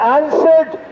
answered